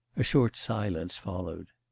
a short silence followed.